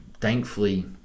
thankfully